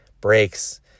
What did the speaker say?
breaks